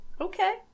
okay